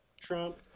Trump